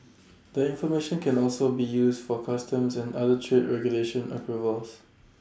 the information can also be used for customs and other trade regulatory approvals